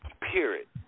Period